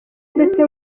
ndetse